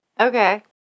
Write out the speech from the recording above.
Okay